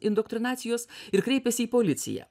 indoktrinacijos ir kreipėsi į policiją